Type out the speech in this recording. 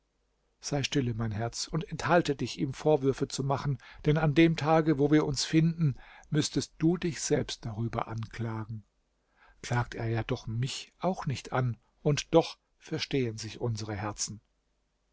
sei stille mein herz und enthalte dich ihm vorwürfe zu machen denn an dem tage wo wir uns finden müßtest du dich selbst darüber anklagen klagt er ja doch mich auch nicht an und doch verstehen sich unsere herzen